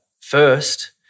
first